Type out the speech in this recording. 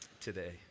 today